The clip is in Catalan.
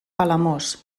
palamós